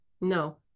no